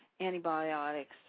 antibiotics